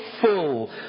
full